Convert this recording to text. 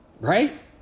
right